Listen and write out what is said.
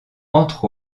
entre